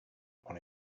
upon